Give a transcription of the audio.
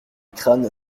crânes